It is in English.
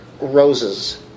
roses